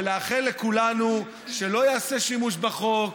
ולאחל לכולנו שלא ייעשה שימוש בחוק,